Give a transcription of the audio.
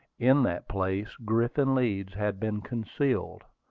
in that place griffin leeds had been concealed,